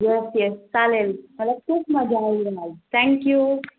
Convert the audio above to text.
yes yes चालेल मला खूप मजा आली आज थँक्यू